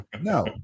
No